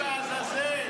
לכו לעזאזל.